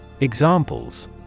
Examples